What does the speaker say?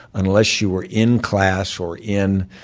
unless you were in class or in